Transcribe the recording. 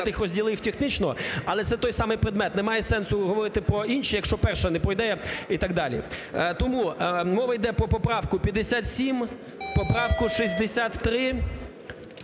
Тому мова йде про поправку 57, поправку 63,